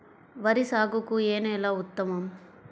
వరి సాగుకు ఏ నేల ఉత్తమం?